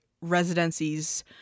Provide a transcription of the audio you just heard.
residencies